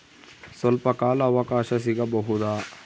ಸ್ವಲ್ಪ ಕಾಲ ಅವಕಾಶ ಸಿಗಬಹುದಾ?